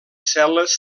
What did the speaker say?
cel·les